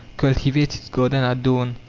cultivates his garden at dawn,